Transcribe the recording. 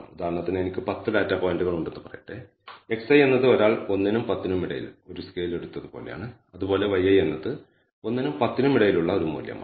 ഉദാഹരണത്തിന് എനിക്ക് 10 ഡാറ്റാ പോയിന്റുകൾ ഉണ്ടെന്ന് പറയട്ടെ xi എന്നത് ഒരാൾ 1 നും 10 നും ഇടയിൽ ഒരു സ്കെയിൽ എടുത്തത് പോലെയാണ് അതുപോലെ yi എന്നത് 1 നും 10 നും ഇടയിലുള്ള ഒരു മൂല്യമാണ്